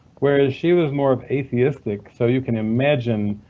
whereas she was more of atheistic. so you can imagine